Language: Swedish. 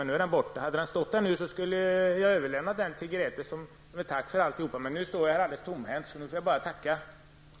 Men nu är buketten borta. Om den hade funnits här nu, skulle jag ha tagit den och överlämnat den till Grethe som ett tack för allt hon har gjort. Nu står jag här alldeles tomhänt. Jag kan alltså bara framföra ett tack.